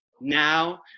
now